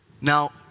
Now